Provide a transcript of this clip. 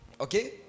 Okay